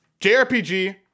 JRPG